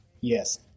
Yes